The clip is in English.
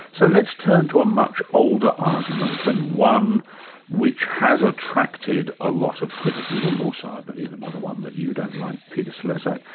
so let's turn to a much older argument, and one which has attracted a lot of criticism, also so i believe another one that you don't like peter slezak,